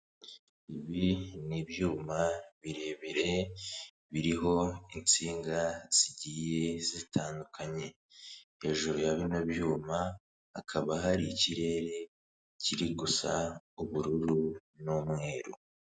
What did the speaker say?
Ibi ni ibyuma birebire biriho insinga zigiye zitandukanye, hejuru ya bino byuma hakaba hari ikirere kiri gusa ubururu n'umweru.